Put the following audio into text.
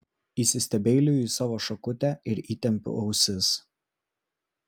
įsistebeiliju į savo šakutę ir įtempiu ausis